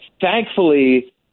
Thankfully